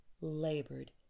labored